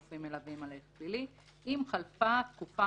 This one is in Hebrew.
גופים מלווים הליך פלילי "אם חלפה תקופה